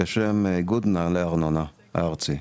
אלא בשם איגוד מנהלי הארנונה הארצי.